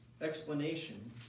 explanation